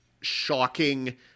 shocking